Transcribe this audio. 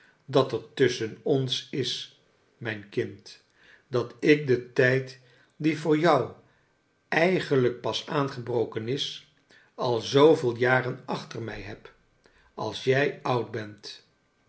dat er tusschen ons is mijn kind dat ik den tijd die voor jou eigenlijk pas aangebroken is al zooveel jaren achter mij heb als jij oud bent